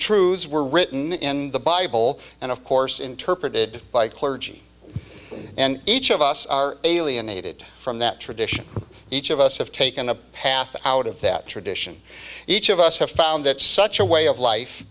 truths were written in the bible and of course interpreted by clergy and each of us are alienated from that tradition each of us have taken a path out of that tradition each of us have found that such a way of life